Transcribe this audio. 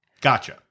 Gotcha